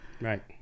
Right